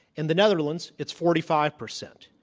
in the netherlands, it's forty five percent.